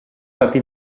stata